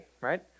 right